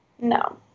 No